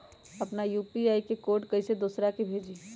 अपना यू.पी.आई के कोड कईसे दूसरा के भेजी?